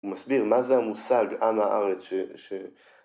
‫הוא מסביר מה זה המושג ‫עם הארץ ש...